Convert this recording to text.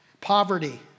Poverty